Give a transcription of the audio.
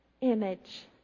image